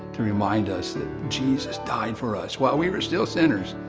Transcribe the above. to remind us that jesus died for us, while we were still sinners.